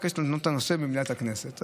אני מבקש להעלות את הנושא במליאת הכנסת.